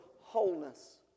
wholeness